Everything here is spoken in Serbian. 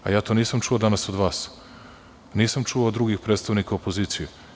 Nisam to čuo danas od vas, nisam čuo od drugih predstavnika opozicije.